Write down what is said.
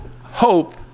hope